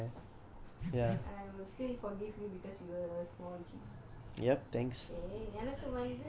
okay I will still forgive you because you were a small kid